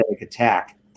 attack